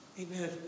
Amen